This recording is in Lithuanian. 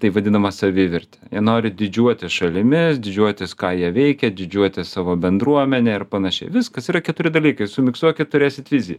taip vadinama savivertė jie nori didžiuotis šalimis didžiuotis ką jie veikia didžiuotis savo bendruomene ir panašiai viskas yra keturi dalykai su miksuokit turėsit viziją